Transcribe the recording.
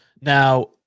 now